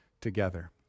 together